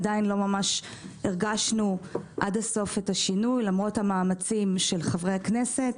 עדיין לא ממש הרגשנו עד הסוף את השינוי למרות מאמצי חברי הכנסת.